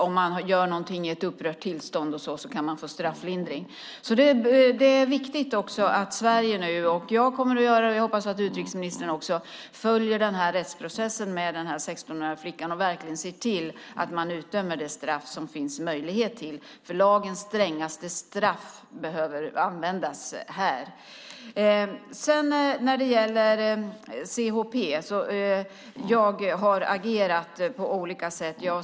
Om man gör något i ett upprört tillstånd kan man få strafflindring. Jag kommer att göra det, och jag hoppas att utrikesministern också följer rättsprocessen med den 16-åriga flickan och verkligen ser till att man utdömer det straff som det finns möjlighet till. Lagens strängaste straff behöver användas här. När det gäller CHP har jag agerat på olika sätt.